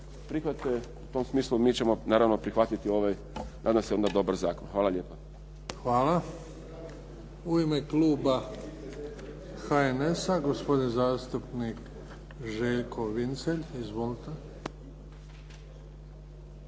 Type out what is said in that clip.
prihvate. U tom smislu mi ćemo naravno prihvatiti ovaj nadam se onda dobar zakon. Hvala lijepo. **Bebić, Luka (HDZ)** Hvala. U ime kluba HNS-a, gospodin zastupnik Željko Vincelj. Izvolite.